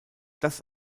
das